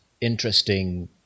interesting